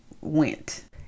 went